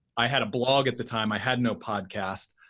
i had a blog at the time, i had no podcasts,